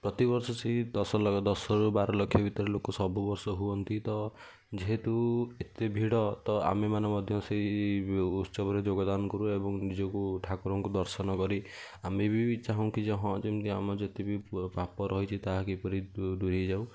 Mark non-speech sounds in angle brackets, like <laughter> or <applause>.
ପ୍ରତିବର୍ଷ ସେହି ଦଶ <unintelligible> ଦଶରୁ ବାର ଲକ୍ଷ ଭିତରେ ଲୋକ ସବୁବର୍ଷ ହୁଅନ୍ତି ତ ଯେହେତୁ ଏତେ ଭିଡ଼ ତ ଆମେ ମାନେ ମଧ୍ୟ ସେଇ ଉତ୍ସବରେ ଯୋଗଦାନ କରୁ ଏବଂ ନିଜକୁ ଠାକୁରଙ୍କୁ ଦର୍ଶନ କରି ଆମେ ବି ଚାହୁଁ କି ହଁ ଯେମିତି ଆମ ଯେତେ ବି ପାପ ରହିଛି ତାହା ଦୂରେଇ ଯାଉ